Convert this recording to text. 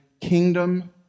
kingdom